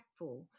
impactful